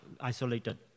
isolated